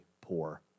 poor